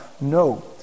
no